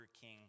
King